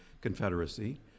confederacy